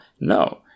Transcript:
No